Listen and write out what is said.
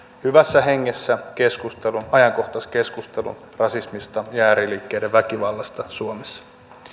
hyvässä hengessä ajankohtaiskeskustelun rasismista ja ääriliikkeiden väkivallasta suomessa